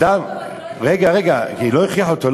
היא פיתתה אותו, רק היא לא הכריחה אותו לאכול.